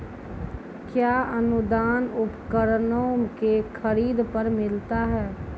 कया अनुदान उपकरणों के खरीद पर मिलता है?